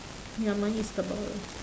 ya mine is the ball